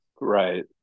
Right